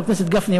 חבר הכנסת גפני,